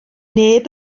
neb